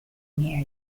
near